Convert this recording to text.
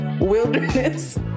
wilderness